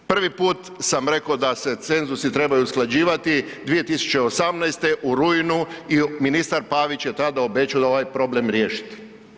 Prvi put sam rekao da se cenzusi trebaju usklađivati 2018.u rujnu i ministar Pavić je tada obećao ovaj problem riješiti.